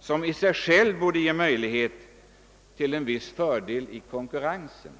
som i sig självt borde ge en fördel i konkurrensen.